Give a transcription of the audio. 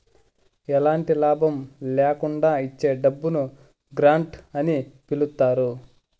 ఎలాంటి లాభం ల్యాకుండా ఇచ్చే డబ్బును గ్రాంట్ అని పిలుత్తారు